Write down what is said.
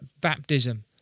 baptism